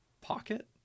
pocket